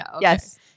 Yes